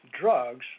drugs